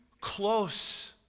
close